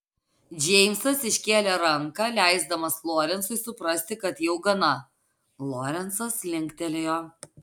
džeimsas iškėlė ranką leisdamas lorencui suprasti kad jau gana lorencas linktelėjo